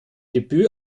debüt